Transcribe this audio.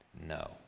no